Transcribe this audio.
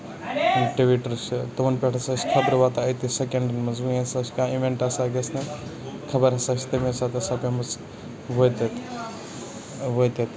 Twitter چھ تِمن پٮ۪ٹھ ہسا چھِ خبرٕ واتنان أتی سیکَنڈن منٛز وۄنۍ ییٚمہِ ساتہٕ کانہہ اِوینٹ چھُ آسان گژھُن خبر ہسا چھِ تَمہِ ساتہٕ آسان پیٚمٕژ وٲتِتھ وٲتِتھ